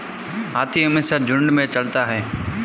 हाथी हमेशा झुंड में चलता है